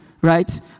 right